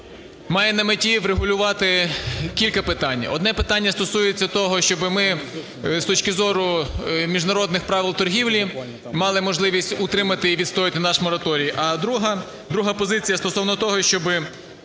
має на меті врегулювати кілька питань. Одне питання стосується того, щоби ми, з точки зору Міжнародних правил торгівлі, мали можливість утримати і відстояти наш мораторій. А друга, друга позиція стосовно того, щоби